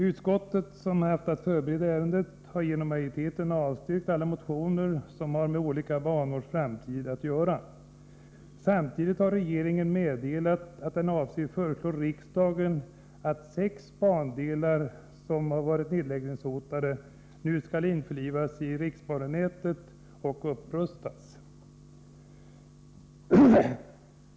Utskottet, som haft att förbereda ärendet, har genom majoriteten avstyrkt alla motioner som har med olika bandelars framtid att göra. Samtidigt har regeringen meddelat att den avser föreslå riksdagen att sex av de bandelar som varit nedläggningshotade nu skall införlivas med riksnätet och upprustas.